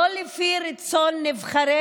לא לפי רצון נבחרי